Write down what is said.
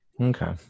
Okay